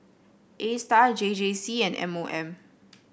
Astar J J C and M O M